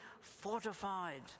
fortified